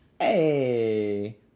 Hey